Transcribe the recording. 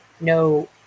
no